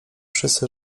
wszyscy